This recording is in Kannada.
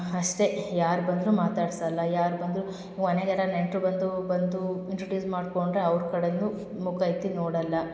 ಅಷ್ಟೆ ಯಾರು ಬಂದರೂ ಮಾತಾಡ್ಸಲ್ಲ ಯಾರು ಬಂದರೂ ಮನೆಗೆ ಯಾರು ನೆಂಟ್ರು ಬಂದರೂ ಬಂದು ಇಂಟ್ರುಡ್ಯೂಸ್ ಮಾಡ್ಕೊಂಡರೆ ಅವ್ರ ಕಡೇನು ಮುಖ ಎತ್ತಿ ನೋಡಲ್ಲ